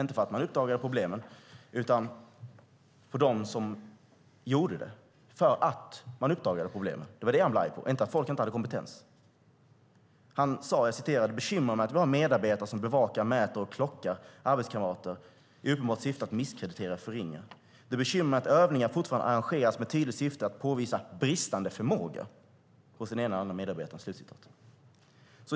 Inte på själva problemen, utan på dem som uppdagade problemen. Det var det han blev arg på, inte på att folk inte hade kompetens. Han sade: Det är ett bekymmer att vi har medarbetare som bevakar, mäter och klockar arbetskamrater i uppenbart syfte att misskreditera och förringa. Det är ett bekymmer att övningar fortfarande arrangeras med tydligt syfte att påvisa bristande förmågor hos den ena eller den andra medarbetaren.